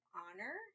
honor